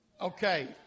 Okay